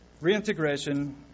Reintegration